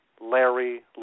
larry